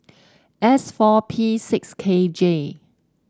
S four P six K J